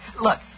Look